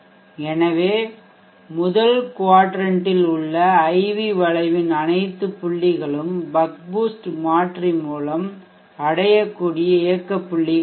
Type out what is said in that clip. எனவே முதல் க்வாட்ரன்ட் ல் உள்ள IV வளைவின் அனைத்து புள்ளிகளும் பக் பூஸ்ட் மாற்றி மூலம் அடையக்கூடிய இயக்கப் புள்ளிகள் ஆகும்